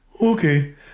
okay